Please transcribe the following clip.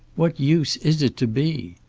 what use is it to be?